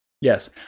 Yes